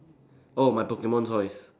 oh my Pokemon toys